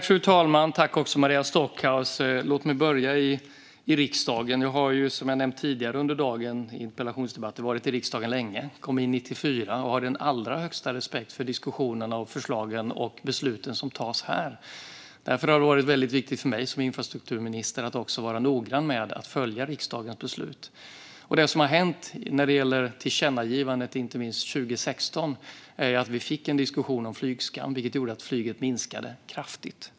Fru talman! Tack, Maria Stockhaus! Låt mig börja i riksdagen. Jag har, som jag har nämnt tidigare under dagens interpellationsdebatter, varit i riksdagen länge. Jag kom in 1994 och har den allra största respekt för diskussionerna, förslagen och besluten som tas här. Därför har det varit väldigt viktigt för mig som infrastrukturminister att också vara noggrann med att följa riksdagens beslut. Det som har hänt när det gäller tillkännagivandena, inte minst 2016, är att vi fick en diskussion om flygskam, vilket gjorde att flyget minskade kraftigt.